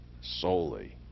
solely